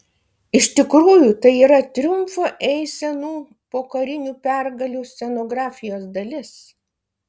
iš tikrųjų tai yra triumfo eisenų po karinių pergalių scenografijos dalis